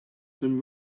been